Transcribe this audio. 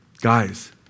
Guys